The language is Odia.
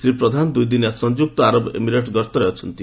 ଶ୍ରୀ ପ୍ରଧାନ ଦୁଇଦିନିଆ ସଂଯୁକ୍ତ ଆରବ ଏମିରେଟ୍ସ୍ ଗସ୍ତରେ ଅଛନ୍ତି